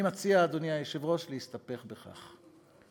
אני מציע, אדוני היושב-ראש, להסתפק בכך.